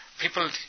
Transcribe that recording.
people